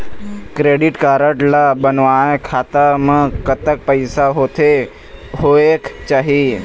Credit card ला बनवाए खाता मा कतक पैसा होथे होएक चाही?